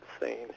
insane